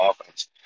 offense